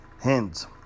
hands